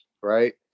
right